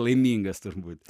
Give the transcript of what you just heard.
laimingas turbūt